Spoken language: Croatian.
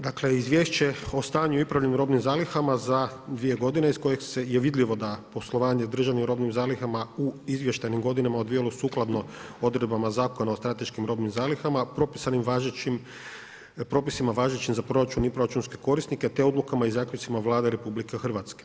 Dakle, izvješće o stanju i upravljanju robnih zalihama, za 2 g. iz kojih je vidljivo da poslovanje i držanje u robnim zalihama, u izvještajnim godinama odvijalo sukladno odredbama Zakona o strateškim robnim zalihama, propisima važećim za proračun i proračunske korisnike, te odlukama i zaključcima Vlade RH.